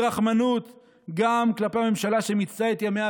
ברחמנות גם כלפי הממשלה שמיצתה את ימיה,